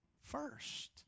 first